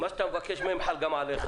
מה שאתה מבקש מהם, חל גם עליך.